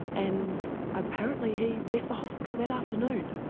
and apparently he left the hospital that afternoon.